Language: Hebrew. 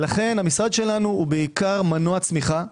לכן המשרד שלנו הוא בעיקר מנוע צמיחה.